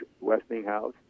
Westinghouse